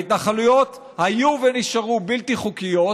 ההתנחלויות היו ונשארו בלתי חוקיות,